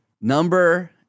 Number